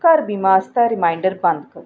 घर बीमा आस्तै रिमाइंडर बंद करो